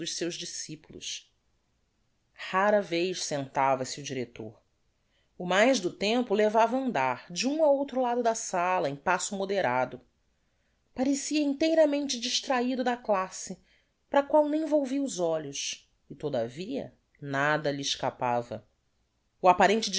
seus discipulos rara vez sentava-se o director o mais do tempo levava á andar de um á outro lado da sala em passo moderado parecia inteiramente distrahido da classe para a qual nem volvia os olhos e todavia nada lhe escapava o apparente